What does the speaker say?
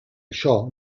això